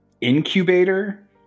incubator